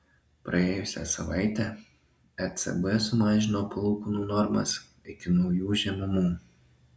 praėjusią savaitę ecb sumažino palūkanų normas iki naujų žemumų